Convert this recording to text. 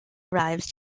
arrives